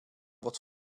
wordt